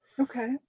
okay